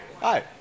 Hi